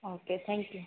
okay thank you